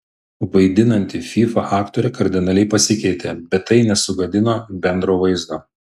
vaidinanti fyfą aktorė kardinaliai pasikeitė bet tai nesugadino bendro vaizdo